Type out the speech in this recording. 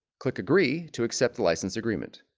click agree to accept the license agreement